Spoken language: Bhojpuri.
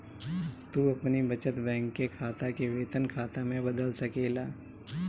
तू अपनी बचत बैंक के खाता के वेतन खाता में बदल सकेला